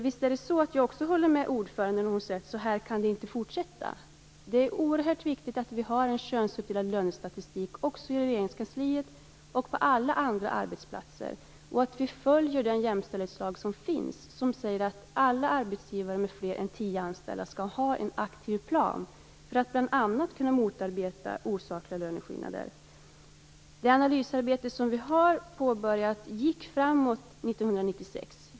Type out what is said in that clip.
Visst håller jag också med ordföranden när hon säger att det inte kan fortsätta så här. Det är oerhört viktigt att vi har en könsuppdelad lönestatistik också i Regeringskansliet. Det gäller även alla andra arbetsplatser. Det är viktigt att vi följer den jämställdhetslag som finns. Den säger att alla arbetsgivare med fler än tio anställda skall ha en aktiv plan för att bl.a. kunna motarbeta osakliga löneskillnader. Det analysarbete som vi har påbörjat gick framåt 1996.